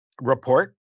report